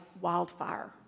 wildfire